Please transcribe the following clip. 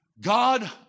God